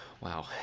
Wow